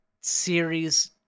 series